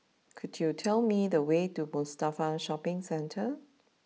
could you tell me the way to Mustafa Shopping Centre